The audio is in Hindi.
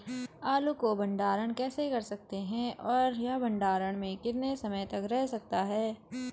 आलू को भंडारण कैसे कर सकते हैं और यह भंडारण में कितने समय तक रह सकता है?